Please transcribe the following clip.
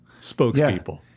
spokespeople